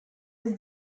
was